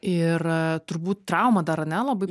ir turbūt trauma dar ane labai